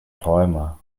träumer